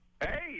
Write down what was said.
Hey